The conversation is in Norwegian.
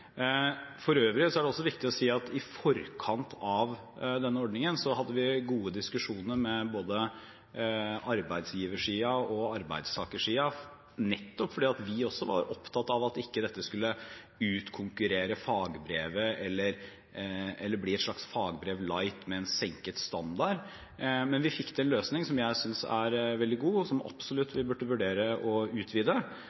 For øvrig er det også viktig å si at i forkant av denne ordningen hadde vi gode diskusjoner med både arbeidsgiversiden og arbeidstakersiden nettopp fordi vi også var opptatt av at ikke dette skulle utkonkurrere fagbrevet eller bli et slags fagbrev «light» med en senket standard. Men vi fikk til en løsning som jeg synes er veldig god, og som vi absolutt